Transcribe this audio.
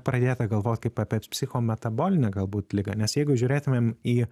pradėta galvot kaip apie psichometabolinę galbūt ligą nes jeigu žiūrėtumėm į